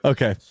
Okay